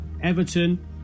Everton